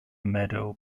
meadow